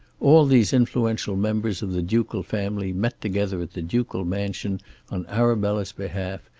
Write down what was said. all these influential members of the ducal family met together at the ducal mansion on arabella's behalf,